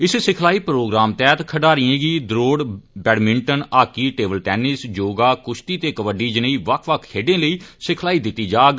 इस सिखलाई प्रोग्राम तैहत खडारिएं गी द्रौड़ badminton hockey table tennis yoga कुष्सी ते कब्बडी जनेही बक्ख बक्ख खेड्डें लेई सिखलाई दित्ती जाग